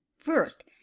first